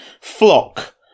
flock